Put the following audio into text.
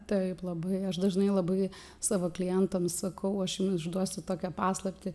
taip labai aš dažnai labai savo klientams sakau aš jum išduosiu tokią paslaptį